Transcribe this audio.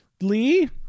Lee